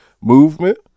movement